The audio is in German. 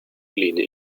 lehne